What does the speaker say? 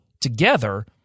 together